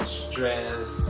stress